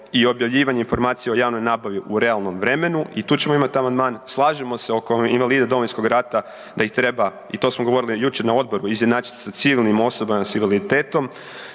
i objavljivanje informacija o javnoj nabavi u realnom vremenu i tu ćemo imati amandman. Slažemo se oko invalida Domovinskog rata da ih treba i to smo govorili jučer na odboru, izjednačiti sa civilnim osobama s invaliditetom.